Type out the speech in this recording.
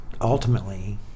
ultimately